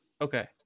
Okay